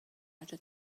درجا